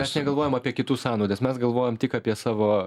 mes negalvojam apie kitų sąnaudas mes galvojam tik apie savo